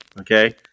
Okay